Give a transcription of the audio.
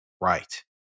right